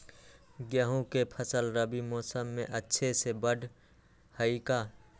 गेंहू के फ़सल रबी मौसम में अच्छे से बढ़ हई का?